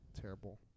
terrible